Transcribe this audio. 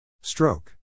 Stroke